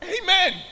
Amen